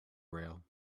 rail